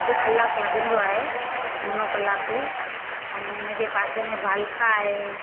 अधु कलाकु लॻंदो आहे मुनो कलाकु ऐं हिन जे पासे में बालका आहे